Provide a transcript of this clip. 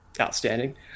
outstanding